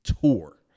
tour